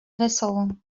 wesołą